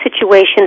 situations